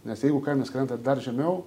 nes jeigu kainos krenta dar žemiau